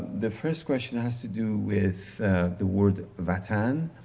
the first question has to do with the word vatan.